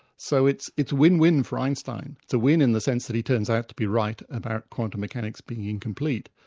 so it's it's win-win for einstein. it's a win in the sense that he turns out to be right about quantum mechanics being incomplete,